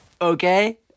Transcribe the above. Okay